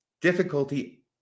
difficulty